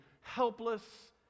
helpless